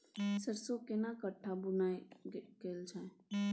सरसो केना कट्ठा बुआई कैल जाय?